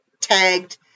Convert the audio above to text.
tagged